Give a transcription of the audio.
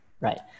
Right